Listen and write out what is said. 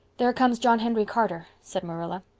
there comes john henry carter, said marilla.